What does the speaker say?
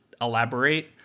elaborate